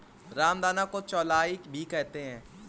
रामदाना को चौलाई भी कहते हैं